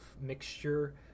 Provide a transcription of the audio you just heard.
mixture